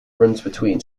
between